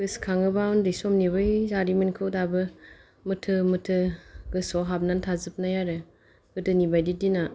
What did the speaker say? गोसोखाङोबा उन्दै समनि बै जारिमिनखौ दाबो मोथो मोथो गोसोआव हाबनानै थाजोबनाय आरो गोदोनि बायदि दिना